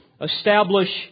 establish